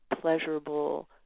pleasurable